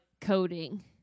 coding